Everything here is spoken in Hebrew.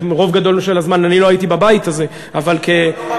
רוב גדול של הזמן אני לא הייתי בבית הזה אבל כתומך,